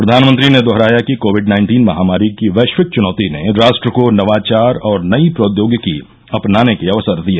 प्रधानमंत्री ने दोहराया कि कोविड नाइन्टीन महामारी की वैश्विक चुनौती ने राष्ट्र को नवाचार और नई प्रौद्योगिकी अपनाने के अवसर दिए